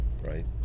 Right